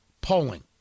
polling